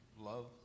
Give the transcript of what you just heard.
love